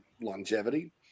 longevity